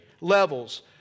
levels